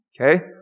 okay